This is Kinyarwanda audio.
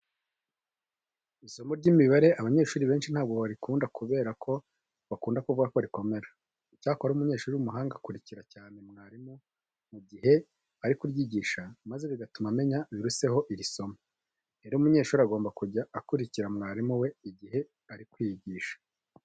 Isomo ry'imibare abanyeshuri benshi ntabwo barikunda kubera ko bakunda kuvuga ko rikomera. Icyakora umunyeshuri w'umuhanga akurikira cyane mwarimu mu gihe ari kuryigisha maze bigatuma amenya biruseho iri somo. Rero umunyeshuri agomba kujya akurikira mwarimu we igihe ari kwigisha.